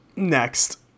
next